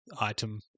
item